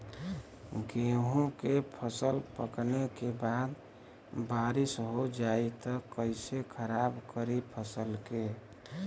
गेहूँ के फसल पकने के बाद बारिश हो जाई त कइसे खराब करी फसल के?